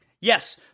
Yes